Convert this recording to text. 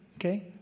okay